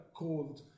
called